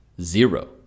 zero